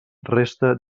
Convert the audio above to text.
resta